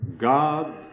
God